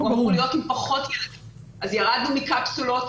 אז ירדנו קפסולות,